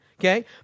okay